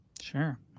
Sure